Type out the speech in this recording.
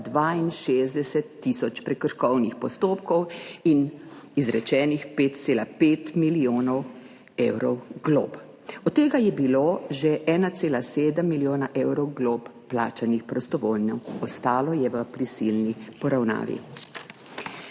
62 tisoč prekrškovnih postopkov in za 5,5 milijona evrov glob, od tega je bilo že za 1,7 milijona evrov glob plačanih prostovoljno, ostalo je v prisilni poravnavi.